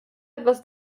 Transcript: etwas